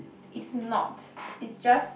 it's not it's just